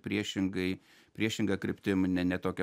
priešingai priešinga kryptim ne ne tokia